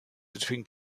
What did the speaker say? between